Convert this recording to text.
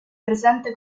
presente